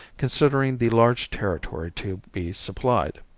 considering the large territory to be supplied.